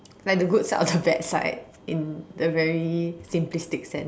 like the good side or the bad side in the very simplistic sense